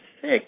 sick